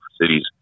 cities